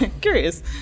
curious